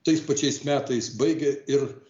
tais pačiais metais baigia ir